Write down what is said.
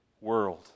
world